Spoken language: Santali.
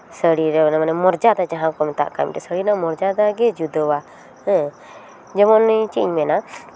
ᱥᱟᱹᱲᱤᱨᱮ ᱢᱟᱱᱮ ᱢᱚᱨᱡᱟᱫᱟ ᱡᱟᱦᱟᱸᱠᱚ ᱢᱮᱛᱟᱜ ᱠᱟᱱ ᱥᱟᱹᱲᱤ ᱨᱮᱱᱟᱜ ᱢᱚᱨᱡᱟᱫᱟ ᱜᱮ ᱡᱩᱫᱟᱹᱣᱟ ᱦᱮᱸ ᱡᱮᱢᱚᱱ ᱤᱧ ᱪᱮᱫ ᱤᱧ ᱢᱮᱱᱟ